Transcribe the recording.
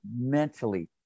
mentally